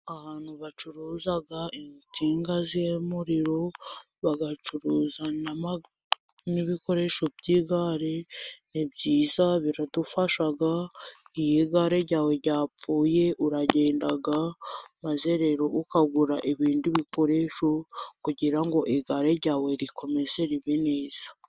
Ahantu bacuruza insinga z'muriro, bagacuruza n'ibikoresho by'igare, ni byiza biradufasha iyo igare ryawe ryapfuye uragendaga maze ukagura ibindi bikoresho, kugira ngo igare ryawe rikomeze ribe neza.